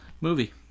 movie